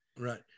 Right